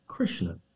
Krishna